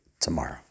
tomorrow